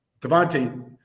Devontae